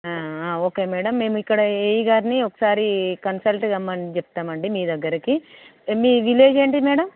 okay madam మేము ఇక్కడ AE గారిని ఒకసారి కన్సల్ట్ కమ్మని చెప్తాం అండి మీ దగ్గరకి మీ విలేజ్ ఏంది మ్యాడమ్